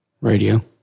Radio